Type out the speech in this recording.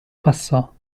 passò